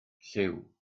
llyw